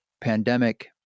pandemic